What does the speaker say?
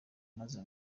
maze